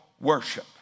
worship